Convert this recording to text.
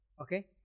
okay